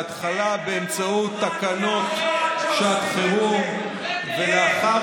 בהתחלה באמצעות תקנות שעת חירום ולאחר